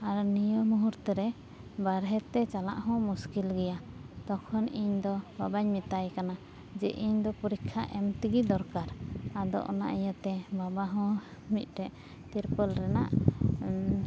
ᱟᱨ ᱱᱤᱭᱟᱹ ᱢᱩᱦᱩᱨᱛᱚ ᱨᱮ ᱵᱟᱨᱦᱮ ᱛᱮ ᱪᱟᱞᱟᱜ ᱦᱚᱸ ᱢᱩᱥᱠᱤᱞ ᱜᱮᱭᱟ ᱛᱚᱠᱷᱚᱱ ᱤᱧ ᱫᱚ ᱵᱟᱵᱟᱧ ᱢᱮᱛᱟᱭ ᱠᱟᱱᱟ ᱡᱮ ᱤᱧ ᱫᱚ ᱯᱚᱨᱤᱠᱷᱟ ᱮᱢ ᱛᱮᱜᱮ ᱫᱚᱨᱠᱟᱨ ᱟᱫᱚ ᱚᱱᱟ ᱤᱭᱟᱹᱛᱮ ᱵᱟᱵᱟ ᱦᱚᱸ ᱢᱤᱫᱴᱮᱡ ᱛᱤᱨᱯᱳᱞ ᱨᱮᱱᱟᱜ